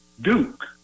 Duke